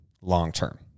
long-term